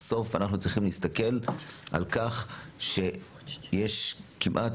בסוף אנחנו צריכים להסתכל על כך שיש כמעט